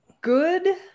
good